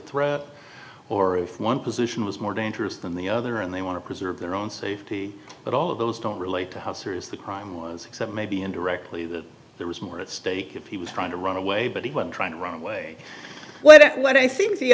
threat or if one position was more dangerous than the other and they want to preserve their own safety but all of those don't relate to how serious the crime was except maybe indirectly that there was more at stake people trying to run away but when trying to run away what if what i think the